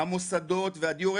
המוסדות והדיור.